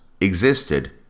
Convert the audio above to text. existed